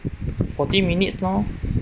forty minutes lor